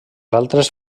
altres